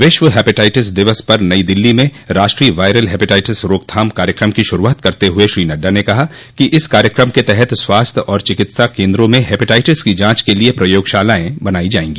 विश्व हेपेटाइटिस दिवस पर नई दिल्ली में राष्ट्रीय वायरल हेपेटाइटिस रोकथाम कार्यक्रम की शुरूआत करते हुए श्री नड्डा ने कहा कि इस कार्यक्रम के तहत स्वास्थ्य और चिकित्सा केन्द्रों में हेपेटाइटिस की जांच के लिए प्रयोगशालाएं बनाइ जायेंगी